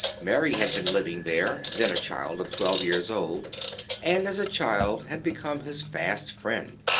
mary had been living there, then a child of twelve years old and, as a child, had become his fast friend.